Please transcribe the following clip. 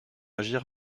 agir